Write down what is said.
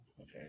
okay